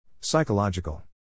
Psychological